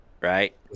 right